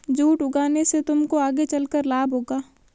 jute उगाने से तुमको आगे चलकर लाभ होगा